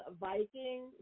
Viking